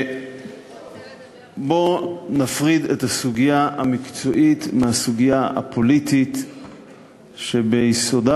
בוא נפריד את הסוגיה המקצועית מהסוגיה הפוליטית שביסודה,